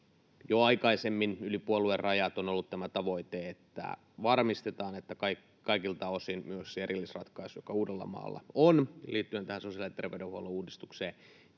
jo aikaisemmin yli puoluerajat on ollut tämä tavoite, että varmistetaan, että kaikilta osin myös erillisratkaisu, joka Uudellamaalla on liittyen tähän sosiaali- ja terveydenhuollon uudistukseen,